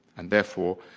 and therefore,